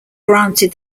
granted